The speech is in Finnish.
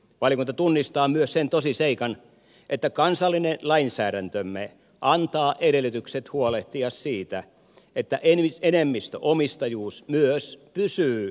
valiokunta tunnistaa myös sen tosiseikan että kansallinen lainsäädäntömme antaa edellytykset huolehtia siitä että enemmistöomistajuus myös pysyy kotimaisena